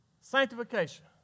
Sanctification